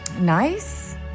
nice